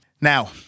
Now